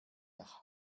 nach